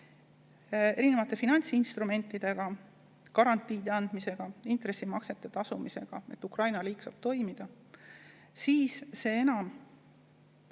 erinevate finantsinstrumentidega, garantiide andmisega, intressimaksete tasumisega, et Ukraina riik saaks toimida, siis see enam